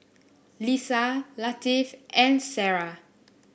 Lisa Latif and Sarah